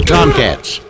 Tomcats